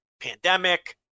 pandemic